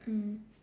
mm